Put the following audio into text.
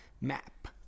map